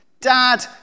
Dad